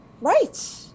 right